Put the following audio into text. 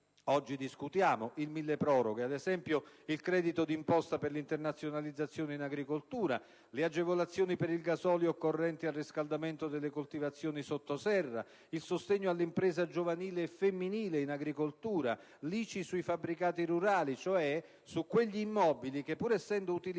oggi discutiamo, il milleproroghe. Mi riferisco, ad esempio, al credito di imposta per l'internazionalizzazione in agricoltura; alle agevolazioni per il gasolio occorrente al riscaldamento delle coltivazioni sotto serra; al sostegno all'impresa giovanile e femminile in agricoltura; all'ICI sui fabbricati rurali, cioè su quegli immobili che, pur essendo utilizzati